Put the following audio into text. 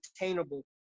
attainable